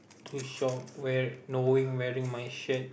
to shop where knowing wearing my shirt